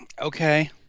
okay